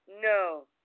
No